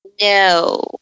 No